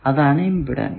അതാണ് ഇമ്പിഡൻസ്